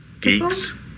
Geeks